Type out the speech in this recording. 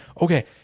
Okay